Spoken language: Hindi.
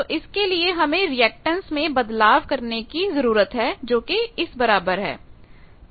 तो इसके लिए हमें रेअक्टैंस में बदलाव करने की जरूरत है जो कि इस बराबर है